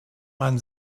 man